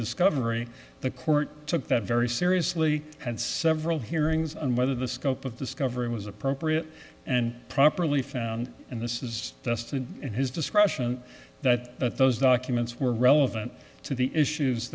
discovery the court took that very seriously had several hearings on whether the scope of this government was appropriate and properly found and this is tested in his discretion that those documents were relevant to the issues